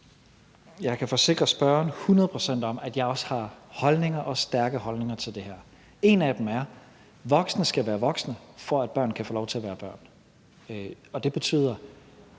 Jeg kan forsikre spørgeren hundrede procent, at jeg har holdninger, også stærke holdninger, til det her. En af dem er: Voksne skal være voksne, for at børn kan få lov til at være børn. Og det betyder,